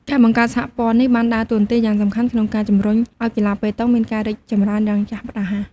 ការបង្កើតសហព័ន្ធនេះបានដើរតួនាទីយ៉ាងសំខាន់ក្នុងការជំរុញឱ្យកីឡាប៉េតង់មានការរីកចម្រើនយ៉ាងឆាប់រហ័ស។